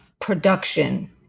production